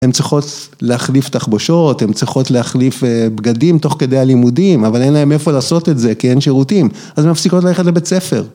‫הן צריכות להחליף תחבושות, ‫הן צריכות להחליף בגדים ‫תוך כדי הלימודים, ‫אבל אין להן איפה לעשות את זה ‫כי אין שירותים, ‫אז הן מפסיקות ללכת לבית ספר.